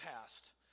past